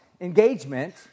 engagement